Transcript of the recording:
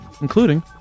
including